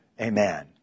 Amen